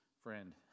friend